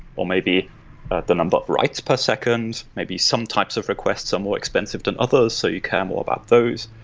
or maybe the number of writes per second, maybe some types of requests are more expensive than others, so you care more about those.